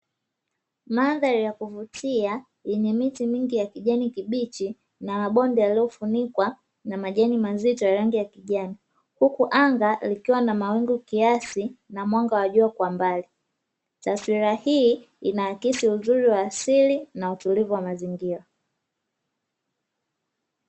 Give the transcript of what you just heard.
Mandhari ya kuvutia yenye miti mingi ya kijani kibichi, na mabonde yaliyofunikwa na majani mazito ya rangi ya kijani. Huku anga likiwa na mawingu kiasi, na mwanga wa jua kwa mbali. Taswira hii inaakisi uzuri wa asili na utulivu wa mazingira.